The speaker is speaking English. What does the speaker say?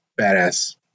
badass